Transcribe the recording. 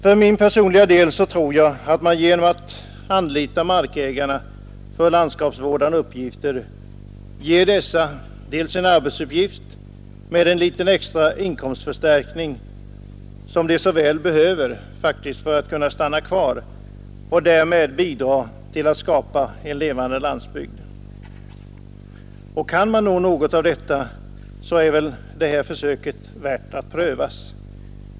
För min personliga del tror jag att man genom att anlita markägarna för landskapsvårdande uppgifter ger dessa en arbetsuppgift med en liten extra inkomstförstärkning som de så väl behöver för att kunna stanna kvar och därmed bidra till att skapa en levande landsbygd. Kan man nå något av detta, så är det här försöket värt att prövas.